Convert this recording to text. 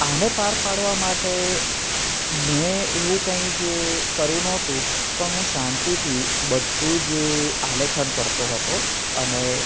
આને પાર પાડવા માટે મે એવું કંઈ જ કર્યું નોતું પણ હું શાંતિથી બધું જ આલેખન કરતો હતો અને